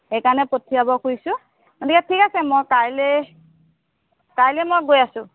সেইকাৰণে পঠিয়াব খুজিছোঁ গতিকে ঠিক আছে মই কাইলৈ কাইলৈ মই গৈ আছোঁ